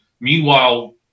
Meanwhile